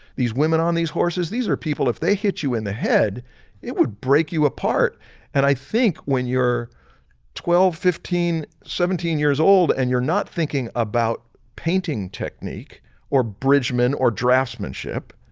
these women on these horses, these are people if they hit you in the head it would break you apart and i think when you're twelve fifteen seventeen years old and you're not thinking about painting technique or bridgman or draftsmanship,